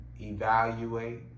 Evaluate